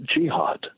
jihad